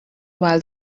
while